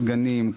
סגנים,